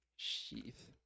Sheath